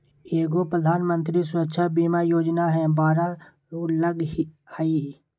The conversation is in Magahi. एगो प्रधानमंत्री सुरक्षा बीमा योजना है बारह रु लगहई?